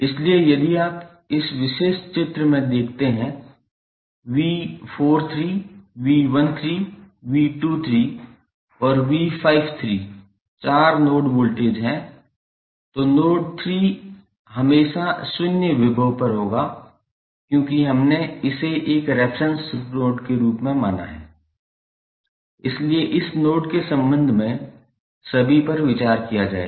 इसलिए यदि आप इस विशेष चित्र में देखते हैं 𝑉43 𝑉13 𝑉23 और 𝑉53 चार नोड वोल्टेज हैं तो नोड 3 हमेशा शून्य विभव पर होगा क्योंकि हमने इसे एक रेफेरेंस नोड के रूप में माना है इसलिए इस नोड के संबंध में सभी पर विचार किया जाएगा